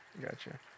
Gotcha